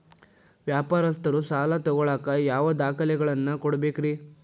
ವ್ಯಾಪಾರಸ್ಥರು ಸಾಲ ತಗೋಳಾಕ್ ಯಾವ ದಾಖಲೆಗಳನ್ನ ಕೊಡಬೇಕ್ರಿ?